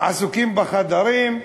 עסוקים בחדרים,